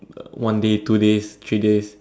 one day two days three days